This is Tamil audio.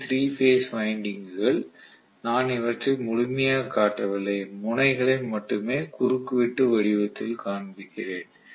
இவை 3 பேஸ் வைண்டிங்க்குகள் நான் இவற்றை முழுமையாக காட்டவில்லை முனைகளை மட்டுமே குறுக்கு வெட்டு வடிவத்தில் காண்பிக்கிறேன்